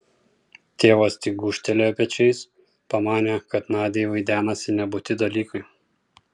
tėvas tik gūžtelėjo pečiais pamanė kad nadiai vaidenasi nebūti dalykai